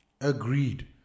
Agreed